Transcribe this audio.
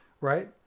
Right